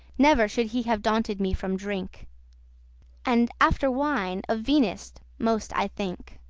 never should he have daunted me from drink and, after wine, of venus most i think.